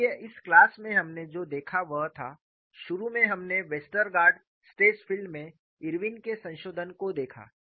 इसलिए इस क्लास में हमने जो देखा वह था शुरू में हमने वेस्टरगार्ड स्ट्रेस फील्ड में इरविन के संशोधन को देखा